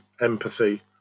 empathy